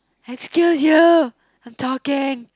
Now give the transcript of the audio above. excuse you I'm talking